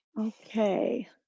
Okay